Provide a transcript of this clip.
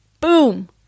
boom